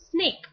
snake